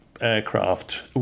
aircraft